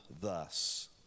thus